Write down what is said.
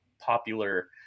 popular